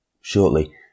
Shortly